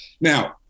Now